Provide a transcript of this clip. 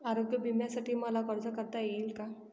आरोग्य विम्यासाठी मला अर्ज करता येईल का?